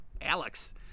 Alex